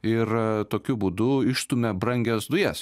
ir tokiu būdu išstumia brangias dujas